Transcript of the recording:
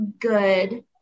good